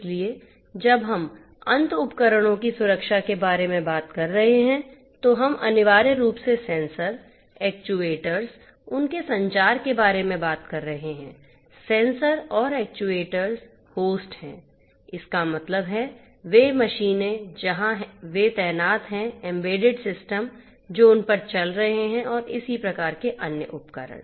इसलिए जब हम अंत उपकरणों की सुरक्षा के बारे में बात कर रहे हैं तो हम अनिवार्य रूप से सेंसर एक्चुएटर्स जो उनपर चल रहे हैं और इसी प्रकार के अन्य उपकरण